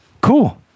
Cool